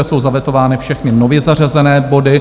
Jsou zavetovány všechny nově zařazené body.